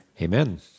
Amen